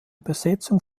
besetzung